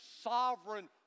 sovereign